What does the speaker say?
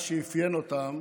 מה שאפיין אותם